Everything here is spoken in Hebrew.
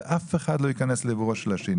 ואף אחד לא ייכנס לדברו של השני,